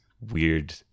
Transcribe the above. weird